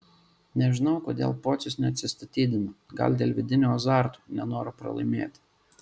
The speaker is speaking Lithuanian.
nežinau kodėl pocius neatsistatydina gal dėl vidinio azarto nenoro pralaimėti